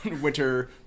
Winter